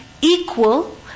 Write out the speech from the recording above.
equal